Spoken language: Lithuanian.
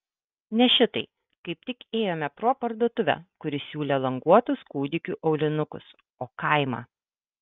ne šitai kaip tik ėjome pro parduotuvę kuri siūlė languotus kūdikių aulinukus o kaimą